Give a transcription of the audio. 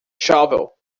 shovel